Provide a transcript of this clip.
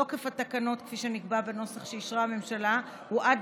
תוקף התקנות כפי שנקבע בנוסח שאישרה הממשלה הוא עד